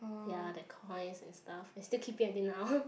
ya the coin and stuff I still keep it until now